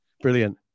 Brilliant